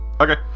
Okay